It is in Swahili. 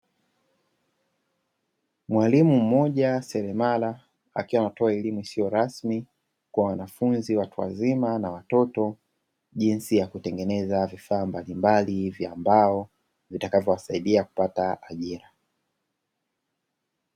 Mwalimu mmoja seremala akiwa ametoa elimu isiyo rasmi, kwa wanafunzi na watoto, jinsi ya kutengeneza vifaa mbalimbali vya mbao vitakavyowasaidia kupata ajira.